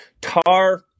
Tar